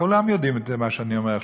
כולם יודעים את מה שאני אומר עכשיו,